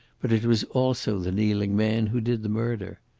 but it was also the kneeling man who did the murder.